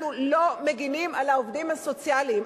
אנחנו לא מגינים על העובדים הסוציאליים.